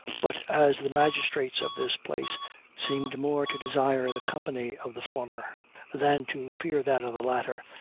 but as the magistrates of this place seemed more to desire the company of the former than to fear that of the latter,